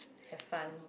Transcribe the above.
have fun